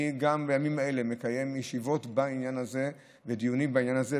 גם בימים האלה אני מקיים ישיבות ודיונים בעניין הזה.